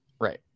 Right